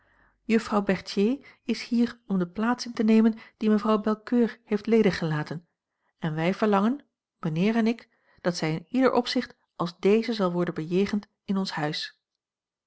juffrouw berthier is hier om de plaats in te nemen die mevrouw belcoeur heeft ledig gelaten en wij verlangen mijnheer en ik dat zij in ieder opzicht als deze zal worden bejegend in ons huis